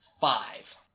Five